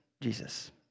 Jesus